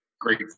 great